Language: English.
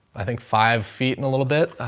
i think five feet and a little bit. ah,